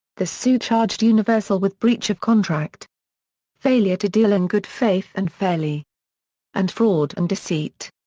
the suit charged universal with breach of contract failure to deal in good faith and fairly and fraud and deceit.